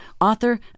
author